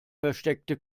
versteckte